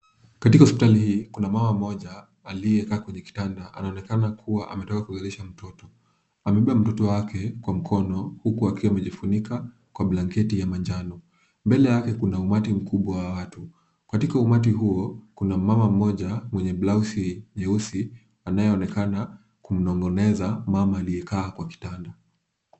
Katika hospitali hii kuna mama mmoja aliyekaa kwenye kitanda na anaonekana kuwa ametoka kuzalisha mtoto. Amebeba mtoto wake kwa mkono huku akiwa amejifunika kwa blanketi ya manjano. Mbele yake kuna umati mkubwa wa watu. Katika umati huo, kuna mama mmoja mwenye blauzi nyeusi anayeonekana kumnong'oneza mama aliyekaa kwa kitanda.